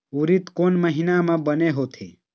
उरीद कोन महीना म बने होथे?